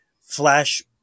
flash